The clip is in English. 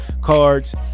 cards